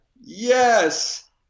Yes